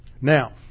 Now